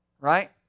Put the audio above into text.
Right